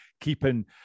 keeping